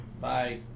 Bye